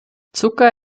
zucker